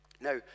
Now